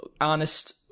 honest